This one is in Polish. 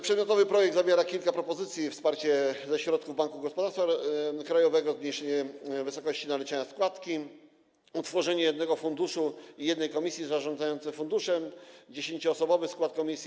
Przedmiotowy projekt zawiera kilka propozycji: wsparcie ze środków Banku Gospodarstwa Krajowego, zniesienie wysokości naliczania składki, utworzenie jednego funduszu i jednej komisji zarządzającej funduszem, 10-osobowy skład komisji.